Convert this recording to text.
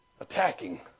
attacking